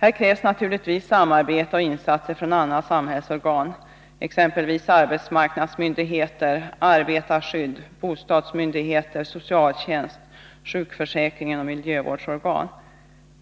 Här krävs naturligtvis samarbete och insatser från andra samhällsorgan, exempelvis arbetsmarknadsmyndigheter, arbetarskydd, bostadsmyndigheter, socialtjänst, sjukförsäkring och miljövårdsorgan.